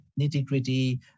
nitty-gritty